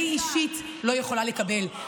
אני אישית לא יכולה לקבל אותם.